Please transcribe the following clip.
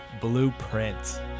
Blueprint